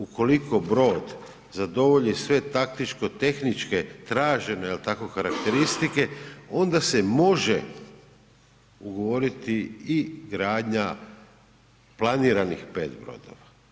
Ukoliko brod zadovolji sve taktičko-tehničke tražene je li tako, karakteristike, onda se može ugovoriti i gradnja planiranih 5 brodova.